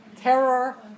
Terror